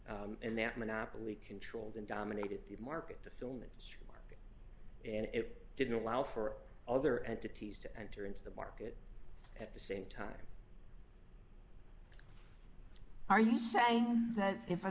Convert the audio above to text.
in their monopoly controlled and dominated the market the film industry and it didn't allow for other entities to enter into the market at the same time are you saying that if